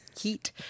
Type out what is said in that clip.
heat